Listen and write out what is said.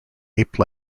ape